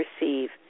receive